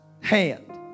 hand